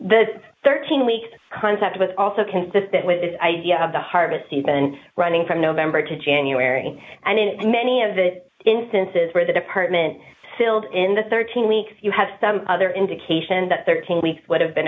the thirteen weeks concept was also consistent with this idea of the harvest season running from november to january and in many of the instances where the department filled in the thirteen weeks you have some other indication that thirteen weeks would have been